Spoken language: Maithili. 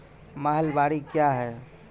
महलबाडी क्या हैं?